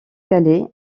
calais